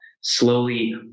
slowly